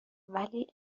ولی